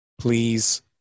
please